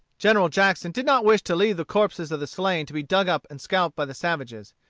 general jackson did not wish to leave the corpses of the slain to be dug up and scalped by the savages.